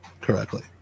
correctly